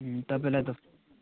तपाईँलाई त